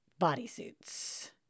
bodysuits